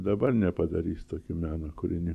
dabar nepadarys tokių meno kūrinių